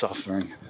suffering